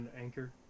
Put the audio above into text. Anchor